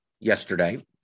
yesterday